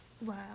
Wow